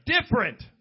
different